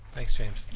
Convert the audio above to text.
thanks james.